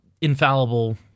infallible